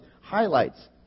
highlights